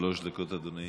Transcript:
שלוש דקות, אדוני.